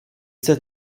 ses